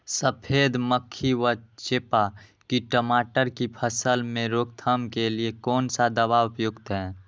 सफेद मक्खी व चेपा की टमाटर की फसल में रोकथाम के लिए कौन सा दवा उपयुक्त है?